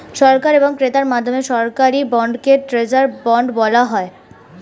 সরকার এবং ক্রেতার মধ্যে সরকারি বন্ডকে ট্রেজারি বন্ডও বলা হয়